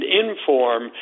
inform